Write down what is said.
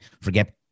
Forget